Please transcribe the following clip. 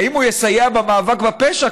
האם הוא יסייע במאבק בפשע?